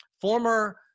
former